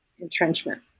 entrenchment